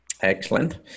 Excellent